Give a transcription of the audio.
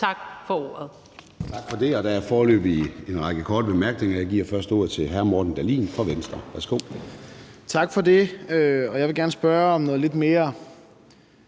Tak for ordet.